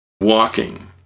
walking